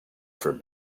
for